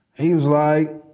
he was like,